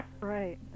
Right